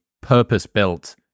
purpose-built